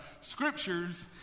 scriptures